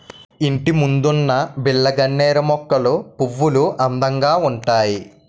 ఇంటిముందున్న బిల్లగన్నేరు మొక్కల పువ్వులు అందంగా ఉంతాయి